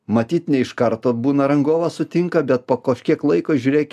matyt ne iš karto būna rangovas sutinka bet po kožkiek laiko žiūrėk